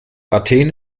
athen